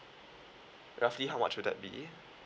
roughly how much would that be